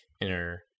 inner